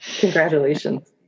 Congratulations